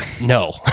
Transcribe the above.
No